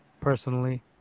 personally